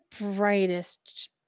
brightest